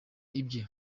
ibye